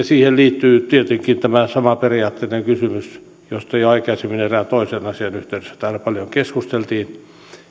siihen liittyy tietenkin tämä sama periaatteellinen kysymys josta jo aikaisemmin erään toisen asian yhteydessä täällä paljon keskusteltiin